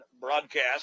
broadcast